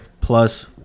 plus